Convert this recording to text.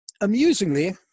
amusingly